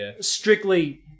strictly